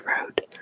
road